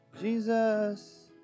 Jesus